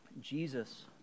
Jesus